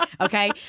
Okay